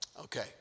Okay